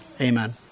Amen